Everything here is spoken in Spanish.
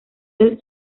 del